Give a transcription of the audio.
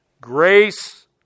grace